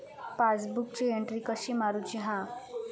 पासबुकाची एन्ट्री कशी मारुची हा?